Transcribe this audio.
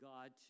God